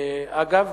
אגב,